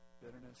bitterness